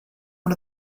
one